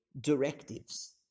directives